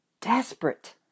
desperate